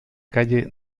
calle